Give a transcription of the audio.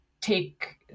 take